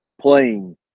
playing